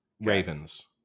Ravens